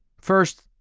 first,